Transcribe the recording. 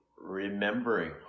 remembering